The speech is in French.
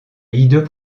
hideux